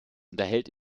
unterhält